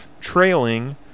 trailing